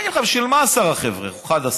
אני אגיד לך: בשביל מה 10 חבר'ה או 11?